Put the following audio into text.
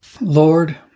Lord